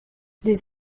des